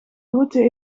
route